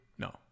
No